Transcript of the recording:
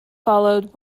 followed